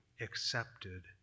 accepted